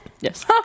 Yes